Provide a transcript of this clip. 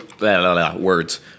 words